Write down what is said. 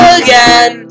again